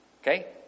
Okay